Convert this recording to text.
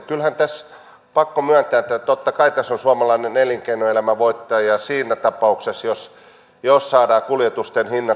kyllähän tässä on pakko myöntää että totta kai tässä on suomalainen elinkeinoelämä voittaja siinä tapauksessa jos saadaan kuljetusten hinnat radikaalisti laskemaan